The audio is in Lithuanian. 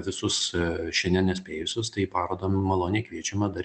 visus šiandien nespėjusius tai į parodą nu maloniai kviečiame dar